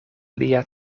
lia